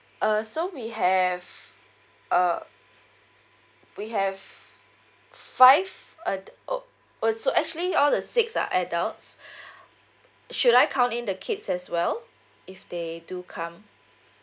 uh so we have uh we have five uh oh oh so actually all the six are adults should I count in the kids as well if they do come